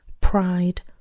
pride